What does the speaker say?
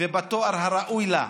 ובתואר הראוי לה,